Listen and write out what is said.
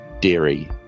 dairy